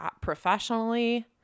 professionally